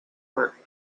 work